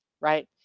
right